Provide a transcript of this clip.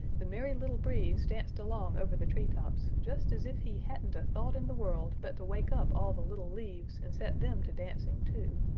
the merry little breeze danced along over the tree tops just as if he hadn't a thought in the world but to wake up all the little leaves and set them to dancing too,